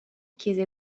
chiese